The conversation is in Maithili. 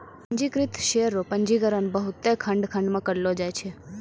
पंजीकृत शेयर रो पंजीकरण बहुते खंड खंड मे करलो जाय छै